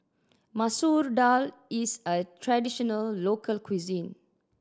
Masoor Dal is a traditional local cuisine